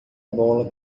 bola